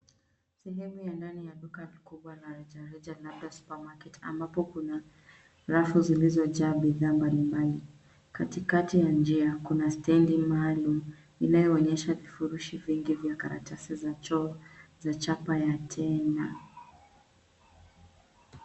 Sehemu ya ndani ya duka kubwa la rejareja labda supermarket , ambapo kuna rafu zilizojaa bidhaa mbalimbali. Katikati ya njia, kuna stendi maalum, inayoonyesha vifurushi vingi vya karatasi za choo, za chapa ya Tena.